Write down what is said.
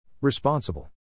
Responsible